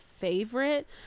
favorite